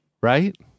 Right